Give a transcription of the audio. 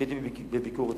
כשהייתי בביקור אצלו,